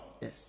Yes